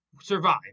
survive